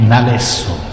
Nalesso